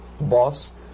boss